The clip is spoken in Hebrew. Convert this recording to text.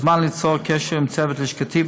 הוא מוזמן ליצור קשר עם צוות לשכתי,